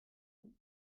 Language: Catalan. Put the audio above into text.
déu